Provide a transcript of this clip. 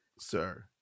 Sir